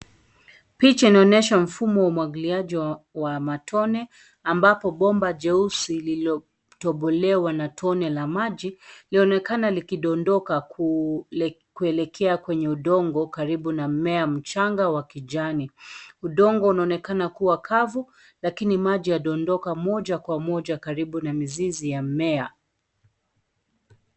Picha inaonyesha mfumo wa umwagiliaji wa matone ambapo bomba jeusi lililotobolewa na tone la maji lionekana likidondoka kuelekea kwenye udongo karibu na mmea mchanga wa kijani. Udongo unaonekana kuwa kavu lakini maji yadondoka moja kwa moja karibu na mizizi ya mmea.